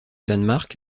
danemark